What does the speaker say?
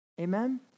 Amen